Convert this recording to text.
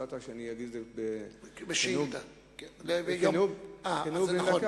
הצעת שאגיש את זה כנאום בן דקה.